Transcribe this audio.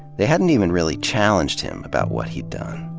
they hadn't even really challenged him about what he'd done.